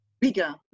bigger